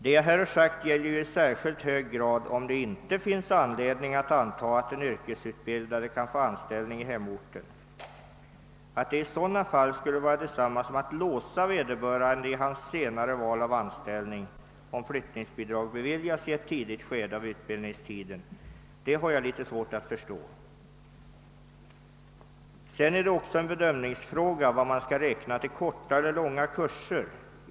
Det jag här sagt gäller i särskilt hög grad om det inte finns anledning anta att den yrkesutbildade kan få anställning i hemorten. Att det i sådana fall skulle vara detsamma som att låsa vederbörande i hans senare val av anställning, om flyttningsbidrag beviljas i ett tidigt skede av utbildningstiden, har jag litet svårt att förstå. Vidare vill jag säga att det är en bedömningsfråga vad man skall räkna till korta eller långa kurser.